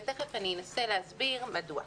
ותיכף אנסה להסביר מדוע.